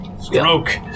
Stroke